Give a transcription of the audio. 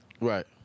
Right